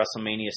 WrestleMania